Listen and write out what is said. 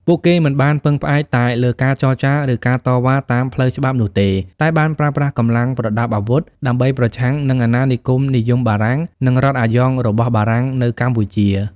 ពួកគេមិនបានពឹងផ្អែកតែលើការចរចា ឬការតវ៉ាតាមផ្លូវច្បាប់នោះទេ តែបានប្រើប្រាស់កម្លាំងប្រដាប់អាវុធដើម្បីប្រឆាំងនឹង អាណានិគមនិយមបារាំង និង រដ្ឋអាយ៉ងរបស់បារាំងនៅកម្ពុជា។